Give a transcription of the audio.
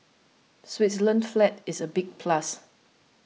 Switzerland's flag is a big plus